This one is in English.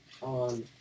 on